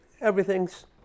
everything's